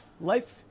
Life